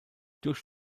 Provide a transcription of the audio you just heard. durch